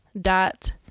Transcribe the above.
dot